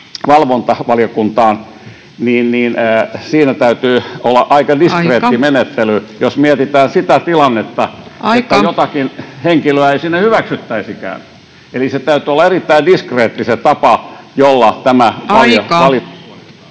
valvontavaliokuntaan, niin siinä täytyy olla aika diskreetti [Puhemies: Aika!] menettely, jos mietitään sitä tilannetta, [Puhemies: Aika!] että jotakin henkilöä ei sinne hyväksyttäisikään. Eli täytyy olla erittäin diskreetti se tapa, jolla tämä...